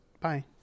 Bye